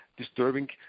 disturbing